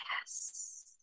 yes